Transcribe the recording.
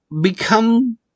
become